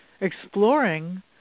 exploring